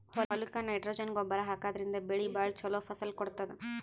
ಹೊಲಕ್ಕ್ ನೈಟ್ರೊಜನ್ ಗೊಬ್ಬರ್ ಹಾಕಿದ್ರಿನ್ದ ಬೆಳಿ ಭಾಳ್ ಛಲೋ ಫಸಲ್ ಕೊಡ್ತದ್